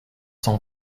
son